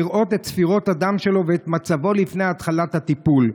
לראות את ספירת הדם שלו ואת מצבו לפני התחלת הטיפול.